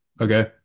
Okay